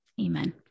amen